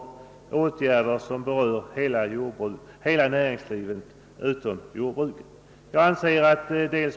De åtgärderna berör hela näringslivet utom jordbruket.